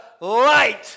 light